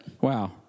wow